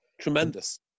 Tremendous